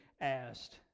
asked